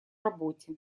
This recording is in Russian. работе